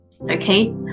Okay